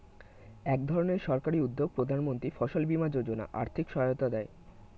একধরনের সরকারি উদ্যোগ প্রধানমন্ত্রী ফসল বীমা যোজনা আর্থিক সহায়তা দেয়